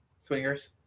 Swingers